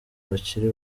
bakiri